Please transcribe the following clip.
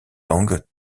langues